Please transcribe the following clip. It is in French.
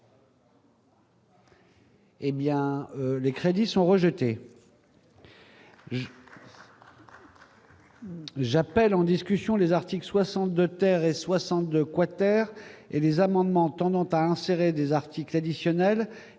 Eh bien, les crédits sont rejetées. J'appelle en discussion : les articles 62 62 quater et les amendements tendant transférer des articles additionnels